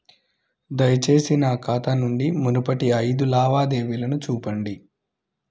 దయచేసి నా ఖాతా నుండి మునుపటి ఐదు లావాదేవీలను చూపండి